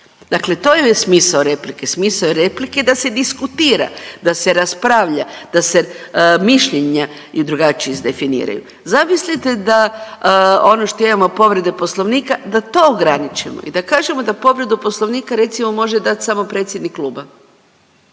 Dakle, to je smisao replike, smisao je replike da se diskutira, da se raspravlja, da se mišljenja i drugačije izdefiniraju. Zamislite da ono što imamo povrede Poslovnika da to ograničimo i da kažemo da povredu Poslovnika recimo može dat samo predsjednik kluba.